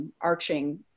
Arching